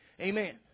Amen